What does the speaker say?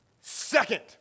Second